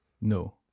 No